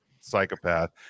psychopath